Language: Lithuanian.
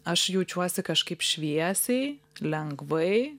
aš jaučiuosi kažkaip šviesiai lengvai